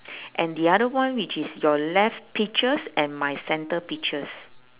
and the other one which is your left peaches and my centre peaches